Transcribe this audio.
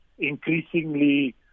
increasingly